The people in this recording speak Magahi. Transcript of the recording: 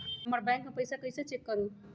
हमर बैंक में पईसा कईसे चेक करु?